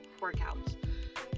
workouts